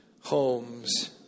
homes